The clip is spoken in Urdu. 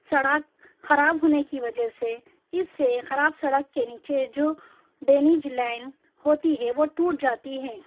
سڑک خراب ہونے کی وجہ سے اِس سے خراب سڑک کے نیچے جو ڈینج لائن ہوتی ہے وہ ٹوٹ جاتی ہیں